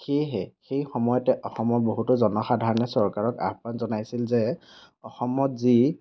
সেয়েহে সেই সময়তে অসমৰ বহুতো জনসাধাৰণে চৰকাৰক আহ্বান জনাইছিল যে অসমত যি